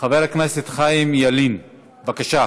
חבר הכנסת חיים ילין, בבקשה.